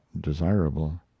desirable